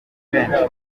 benshi